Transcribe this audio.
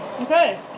Okay